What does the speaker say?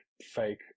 fake